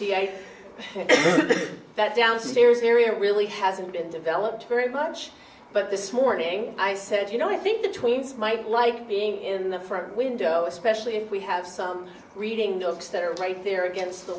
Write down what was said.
and that downstairs area really hasn't been developed very much but this morning i said you know i think the tweens might like being in the front window especially if we have some reading those books that are right there against the